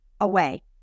away